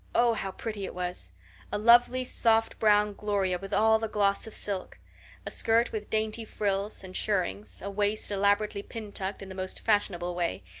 oh, how pretty it was a lovely soft brown gloria with all the gloss of silk a skirt with dainty frills and shirrings a waist elaborately pintucked in the most fashionable way,